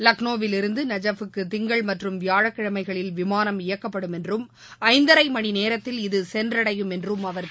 லக்னோவில் இருந்து நஜாஃப்புக்கு திங்கள் மற்றும் வியாழக்கிழமைகளில் விமானம் இயக்கப்படும் என்றும் ஐந்தரை மணி நேரத்தில் இது சென்றடையும் என்றும் அவர் தெரிவித்குள்ளார்